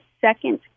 second